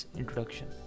introduction